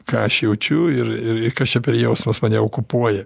ką aš jaučiu ir ir kas čia per jausmas mane okupuoja